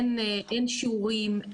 אין שיעורים,